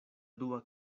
dua